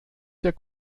der